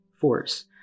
force